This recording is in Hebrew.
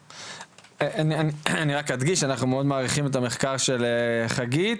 אני רק אדגיש שאנחנו מאוד מעריכים את המחקר של חגית,